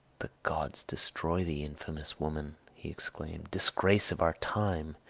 the gods destroy thee, infamous woman, he exclaimed disgrace of our time!